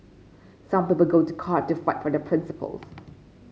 some people go to court to fight for their principles